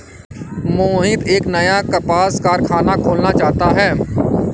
मोहित एक नया कपास कारख़ाना खोलना चाहता है